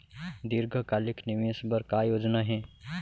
दीर्घकालिक निवेश बर का योजना हे?